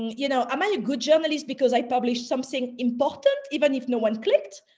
you know, am i a good journalist because i published something important, even if no one clicked?